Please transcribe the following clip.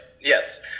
Yes